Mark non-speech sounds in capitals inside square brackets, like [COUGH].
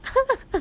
[LAUGHS]